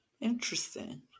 Interesting